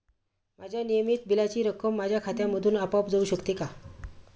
माझ्या नियमित बिलाची रक्कम माझ्या खात्यामधून आपोआप जाऊ शकते का?